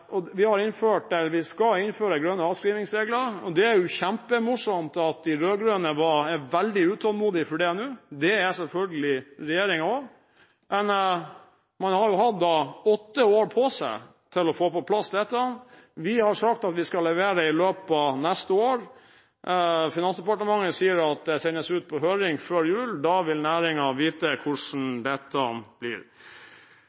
skal innføre grønne avskrivningsregler. Det er kjempemorsomt at de rød-grønne er veldig utålmodige etter det nå. Det er selvfølgelig regjeringen også, men de rød-grønne har jo hatt åtte år på seg til å få på plass dette. Vi har sagt at vi skal levere i løpet av neste år. Finansdepartementet sier at det sendes ut på høring før jul. Da vil næringen vite hvordan